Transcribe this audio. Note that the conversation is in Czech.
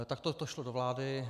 Takto to šlo do vlády.